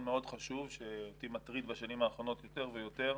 מאוד חשוב שאותי מטריד בשנים האחרונות יותר ויותר,